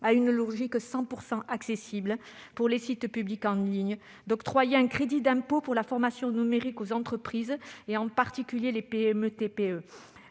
à une logique « 100 % accessible » pour les sites publics en ligne, d'octroyer un crédit d'impôt pour la formation au numérique aux entreprises et en particulier aux PME-TPE,